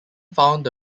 found